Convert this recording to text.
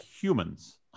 humans